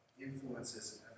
influences